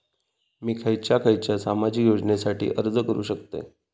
मी खयच्या खयच्या सामाजिक योजनेसाठी अर्ज करू शकतय?